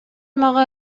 мага